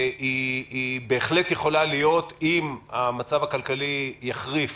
שבהחלט יכולה להיות אם המצב הכלכלי יחריף